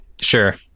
Sure